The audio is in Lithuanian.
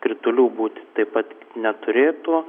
kritulių būti taip pat neturėtų